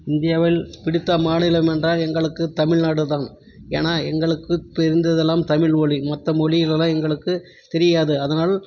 இந்தியாவில் பிடித்த மாநிலம் என்றால் எங்களுக்கு தமிழ்நாடு தான் ஏன்னால் எங்களுக்கு தெரிந்ததெல்லாம் தமிழ்மொழி மற்ற மொழிகளெல்லாம் எங்களுக்கு தெரியாது அதனால்